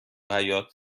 حیاط